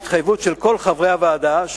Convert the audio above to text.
בהתחייבות של כל חברי הוועדה,